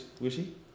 Wishy